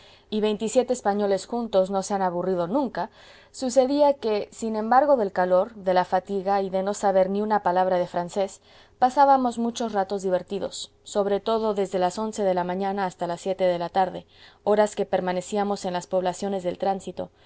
y veintisiete españoles juntos no se han aburrido nunca sucedía que sin embargo del calor de la fatiga y de no saber ni una palabra de francés pasábamos muchos ratos divertidos sobre todo desde las once de la mañana hasta las siete de la tarde horas que permanecíamos en las poblaciones del tránsito